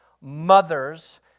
mothers